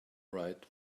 right